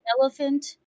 elephant